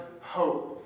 hope